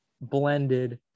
blended